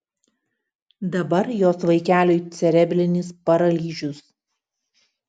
dabar jos vaikeliui cerebrinis paralyžius